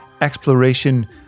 exploration